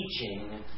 teaching